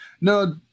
No